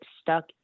stuck